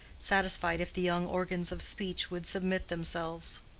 satisfied if the young organs of speech would submit themselves.